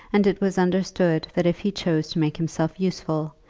and it was understood that if he chose to make himself useful,